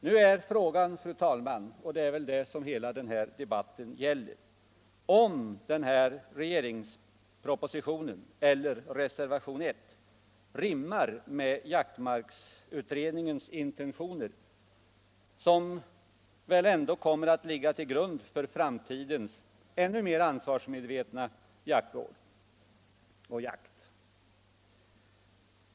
Nu är frågan, fru talman, och det är väl detta som hela den här debatten gäller, om regeringspropositionen eller reservation I rimmar med jaktmarksutredningens intentioner, som väl ändå kommer att ligga till grund för framtidens ännu mera ansvarsmedvetna jaktvård och jakt.